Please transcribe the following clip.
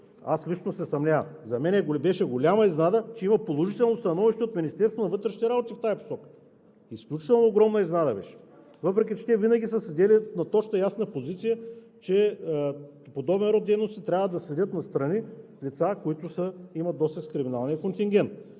Аз лично се съмнявам. За мен беше голяма изненада, че има положително становище от Министерството на вътрешните работи в тази посока. Изключително огромна изненада беше, въпреки че те винаги са седели на точна и ясна позиция, че от подобен род дейности трябва да седят настрани лица, които имат досег с криминалния контингент.